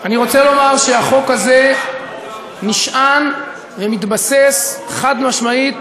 אני רוצה לומר שהחוק הזה נשען ומתבסס חד-משמעית